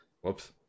Whoops